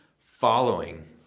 following